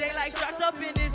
like sharks up in